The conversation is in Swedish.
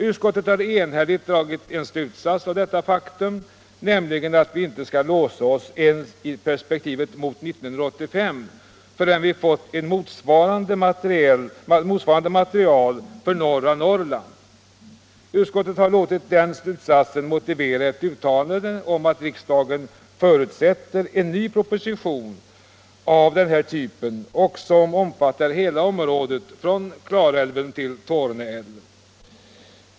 Utskottet har också enhälligt dragit en slutsats av detta faktum, nämligen att vi inte skall låsa oss ens i perspektivet fram mot år 1985 förrän vi fått ett motsvarande material för norra Norrland. Utskottet har låtit den slutsatsen motivera ett uttalande om att riksdagen förutsätter en ny proposition av den här typen och som omfattar hela området från Klarälven till Torne älv.